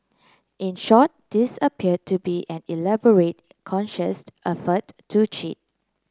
in short this appear to be an elaborate conscious effort to cheat